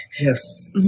Yes